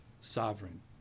sovereign